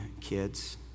kids